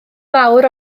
mawr